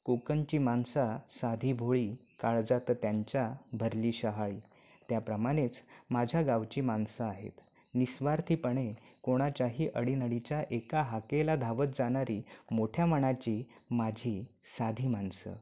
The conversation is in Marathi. कोकणची मानसा साधी भोळी काळजात त्यांच्या भरली शहाळी त्याप्रमाणेच माझ्या गावची माणसं आहेत निस्वार्थीपणे कोणाच्याही अडीनडीच्या एका हाकेला धावत जाणारी मोठ्या मनाची माझी साधी माणसं